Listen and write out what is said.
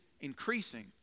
increasing